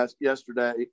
yesterday